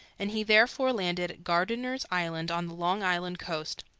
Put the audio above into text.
and he therefore landed at gardiner's island on the long island coast,